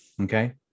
Okay